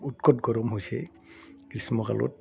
উৎকট গৰম হৈছে গ্ৰীষ্মকালত